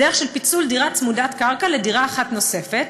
בדרך של פיצול דירה צמודת קרקע לדירה אחת נוספת,